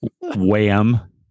Wham